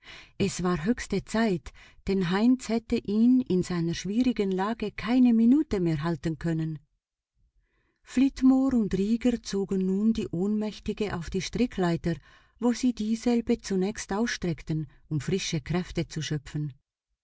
es war höchste zeit denn heinz hätte ihn in seiner schwierigen lage keine minute mehr halten können flitmore und rieger zogen nun die ohnmächtige auf die strickleiter wo sie dieselbe zunächst ausstreckten um frische kräfte zu schöpfen